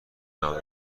نود